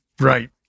Right